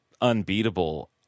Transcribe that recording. unbeatable